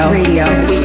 radio